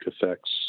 effects